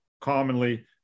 commonly